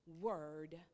word